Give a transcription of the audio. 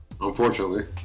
Unfortunately